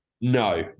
no